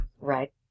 Right